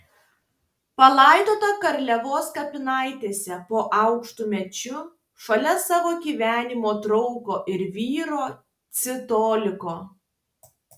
palaidota garliavos kapinaitėse po aukštu medžiu šalia savo gyvenimo draugo ir vyro dzidoliko